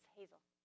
Hazel